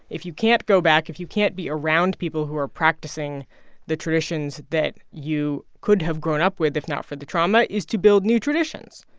if you can't go back, if you can't be around people who are practicing the traditions that you could have grown up with if not for the trauma, is to build new traditions,